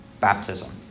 baptism